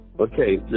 Okay